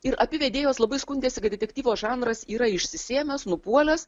ir abi vedėjos labai skundėsi kad detektyvo žanras yra išsisėmęs nupuolęs